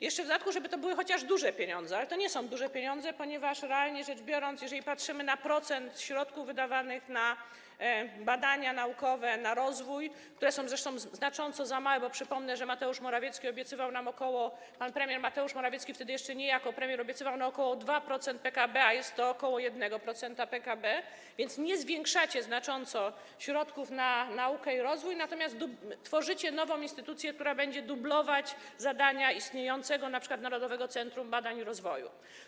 Jeszcze żeby to były chociaż duże pieniądze, ale to nie są duże pieniądze, ponieważ, realnie rzecz biorąc, jeżeli patrzymy na procent środków wydawanych na badania naukowe, na rozwój, które są zresztą znaczącą za małe, bo przypomnę, że Mateusz Morawiecki obiecywał nam, pan premier Mateusz Morawiecki, wtedy jeszcze nie jako premier, obiecywał ok. 2% PKB, a jest to ok. 1% PKB, widać, że nie zwiększacie znacząco środków na naukę i rozwój, natomiast tworzycie nową instytucję, która będzie dublować zadania np. istniejącego Narodowego Centrum Badań i Rozwoju.